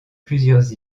plusieurs